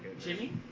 Jimmy